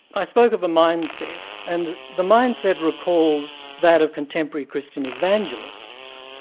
i spoke of a mindset, and the mindset recalls that of contemporary christian evangelists.